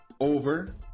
over